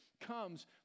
comes